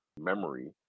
memory